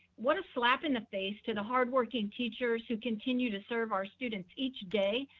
what a slap in the face to the hardworking teachers who continue to serve our students each day,